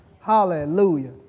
Hallelujah